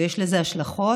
ויש לזה השלכות.